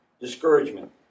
Discouragement